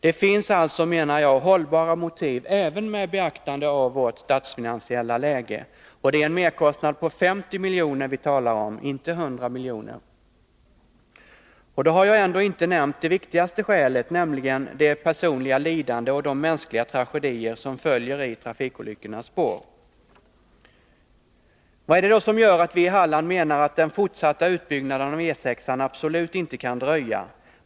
Det finns alltså, menar jag, hållbara motiv även med beaktande av vårt statsfinansiella läge. Och det är en merkostnad på 50 milj.kr. vi talar om, inte 100 miljoner. Ändå har jag inte nämnt det viktigaste skälet, nämligen det personliga lidande och de mänskliga tragedier som följer i trafikolyckornas spår. Vad är det då som gör att vi i Halland menar att den fortsatta utbyggnaden avE 6 absolut inte kan dröja?